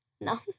No